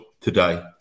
today